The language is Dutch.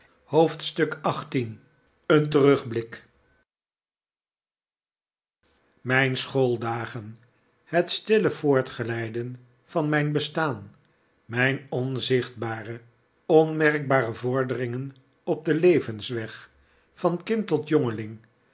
hoofdstuk xviii een terugblik mijn schooldagen het stille voortglijden van mijn bestaan mijn onzichtbare onmerkbare vorderingen op den levensweg van kind tot jongeling